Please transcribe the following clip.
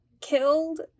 killed